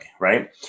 right